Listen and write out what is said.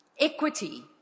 equity